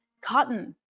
cotton